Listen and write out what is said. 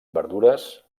verdures